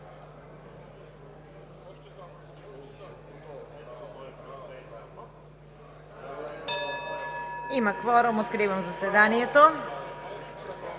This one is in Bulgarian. Има кворум. Откривам заседанието.